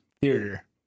theater